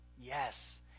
Yes